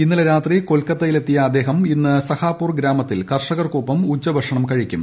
ഇന്റ്ലെ രാത്രി കൊൽക്കത്തയിലെത്തിയ അദ്ദേഹം ഇന്ന് സഹാപൂർ ഗ്രാമത്തിൽ കർഷകർക്കൊപ്പം ഉച്ചഭക്ഷണം കീഴിക്കും